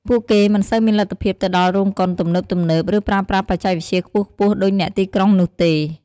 ពួកគេមិនសូវមានលទ្ធភាពទៅដល់រោងកុនទំនើបៗ ឬប្រើប្រាស់បច្ចេកវិទ្យាខ្ពស់ៗដូចអ្នកទីក្រុងនោះទេ។